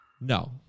No